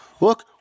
Look